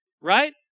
right